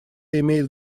имеет